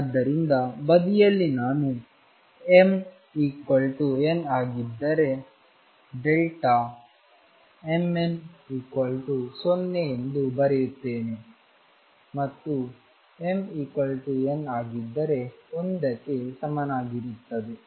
ಆದ್ದರಿಂದ ಬದಿಯಲ್ಲಿ ನಾನು m n ಆಗಿದ್ದರೆ mn0ಎಂದು ಬರೆಯುತ್ತೇನೆ ಮತ್ತು mnಆಗಿದ್ದರೆ 1 ಕ್ಕೆ ಸಮನಾಗಿರುತ್ತದೆ